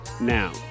now